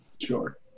Sure